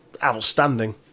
outstanding